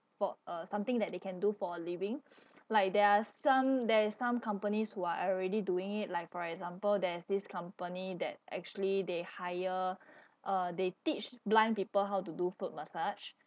for a something that they can do for a living like there are some there is some companies who are already doing it like for example there's this company that actually they hire uh they teach blind people how to do foot massage